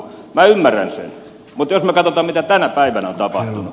mutta jos me katsomme mitä tänä päivänä on tapahtunut